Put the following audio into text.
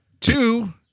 Two